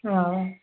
ꯑꯥ